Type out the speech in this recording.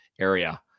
area